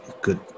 good